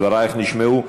דברייך נשמעו.